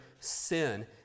sin